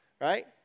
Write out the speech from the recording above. right